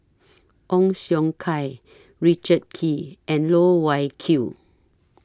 Ong Siong Kai Richard Kee and Loh Wai Kiew